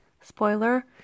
spoiler